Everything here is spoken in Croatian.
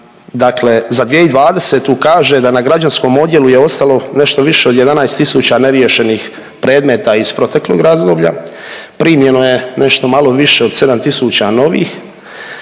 dakle za 2020. kaže da na građanskom odjelu je ostalo nešto više od 11 tisuća neriješenih predmeta iz proteklih razdoblja, primljeno je nešto malo više od 7 tisuća novih,